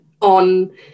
on